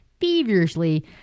feverishly